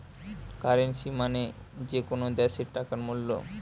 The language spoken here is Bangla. কারেন্সী মানে যে কোনো দ্যাশের টাকার মূল্য